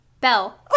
Bell